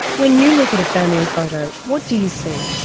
when you look at a family photo what do you see?